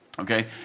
Okay